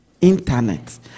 Internet